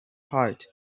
heart